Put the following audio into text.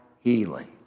healing